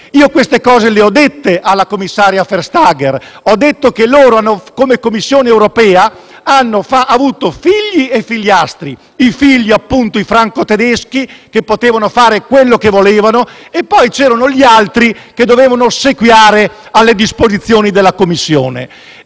queste cose alla commissaria Vestager; ho detto che loro come Commissione europea hanno avuto figli e figliastri: i figli erano appunto i franco-tedeschi, che potevano fare ciò che volevano e poi c'erano gli altri che dovevano ossequiare alle disposizioni della Commissione.